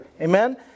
Amen